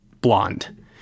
Blonde